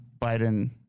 Biden